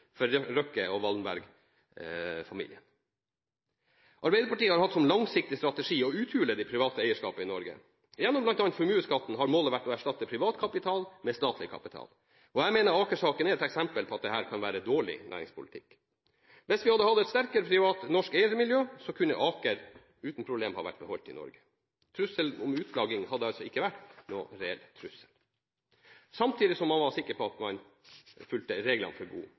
for Røkke og Wallenberg-familien. Arbeiderpartiet har hatt som langsiktig strategi å uthule det private eierskapet i Norge. Gjennom bl.a. formuesskatten har målet vært å erstatte privat kapital med statlig kapital. Jeg mener at Aker-saken er et eksempel på at dette kan være dårlig næringspolitikk. Hvis vi hadde hatt et sterkere privat norsk eiermiljø, kunne Aker uten problemer vært beholdt i Norge – trussel om utflagging hadde ikke vært noen reell trussel – samtidig som man var sikker på at man fulgte reglene for god